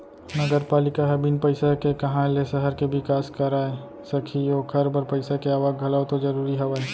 नगरपालिका ह बिन पइसा के काँहा ले सहर के बिकास कराय सकही ओखर बर पइसा के आवक घलौ तो जरूरी हवय